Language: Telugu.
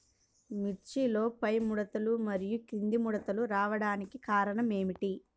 మిర్చిలో పైముడతలు మరియు క్రింది ముడతలు రావడానికి కారణం ఏమిటి?